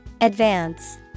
Advance